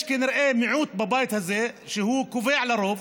יש כנראה מיעוט בבית הזה שהוא קובע לרוב,